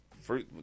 first